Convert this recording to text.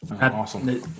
Awesome